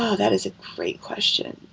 ah that is a great question.